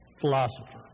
philosopher